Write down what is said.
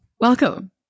Welcome